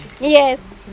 Yes